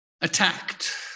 attacked